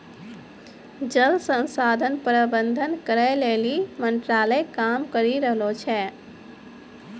जल संसाधन प्रबंधन करै लेली मंत्रालय काम करी रहलो छै